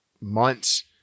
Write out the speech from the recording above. months